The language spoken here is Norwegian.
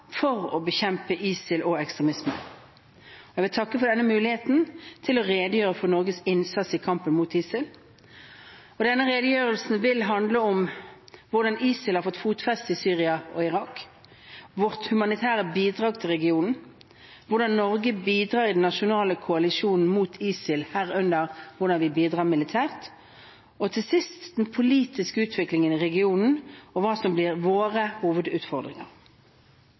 for å bekjempe ISIL og ekstremisme. Jeg vil takke for denne muligheten til å redegjøre for Norges innsats i kampen mot ISIL. Denne redegjørelsen vil handle om: hvordan ISIL har fått fotfeste i Syria og Irak våre humanitære bidrag til regionen hvordan Norge bidrar i den internasjonale koalisjonen mot ISIL, herunder militært den politiske utviklingen i regionen, og hva som blir våre hovedutfordringer